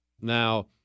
Now